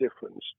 difference